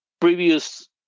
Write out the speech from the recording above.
previous